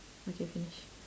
okay finish